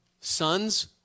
sons